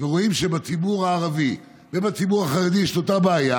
ורואים שבציבור הערבי ובציבור החרדי יש אותה בעיה,